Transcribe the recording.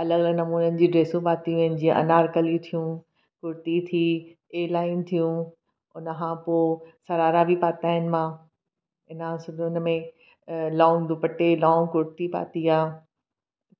अलॻि अलॻि नमूननि जी ड्रेसूं पातियूं आहिनि जीअं अनारकली थियूं कुर्ती थी ए लाइन थियूं हुन खां पोइ शरारा बि पाता आहिनि मां इन खां में लौंग दुपटे लौंग कुर्ती पाती आहे